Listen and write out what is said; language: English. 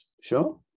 Sure